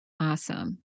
Awesome